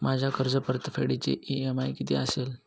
माझ्या कर्जपरतफेडीचा इ.एम.आय किती असेल?